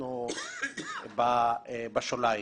ואנחנו בשוליים,